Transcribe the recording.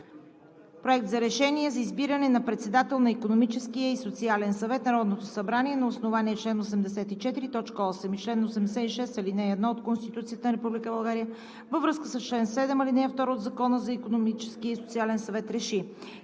„Проект! РЕШЕНИЕ за избиране на председател на Икономическия и социален съвет Народното събрание на основание чл. 84, т. 8 и чл. 86, ал. 1 от Конституцията на Република България във връзка с чл. 7, ал. 2 от Закона за Икономическия и социален съвет РЕШИ: